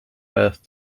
birth